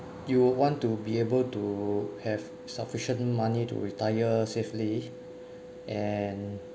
you would want to be able to have sufficient money to retire safely and